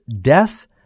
death